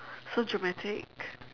so dramatic